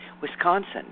Wisconsin